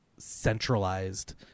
centralized